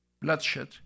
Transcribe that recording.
bloodshed